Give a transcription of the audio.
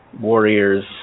warriors